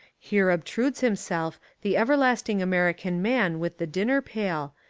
here obtrudes himself the everlasting american man with the dinner pail,